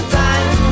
time